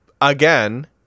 again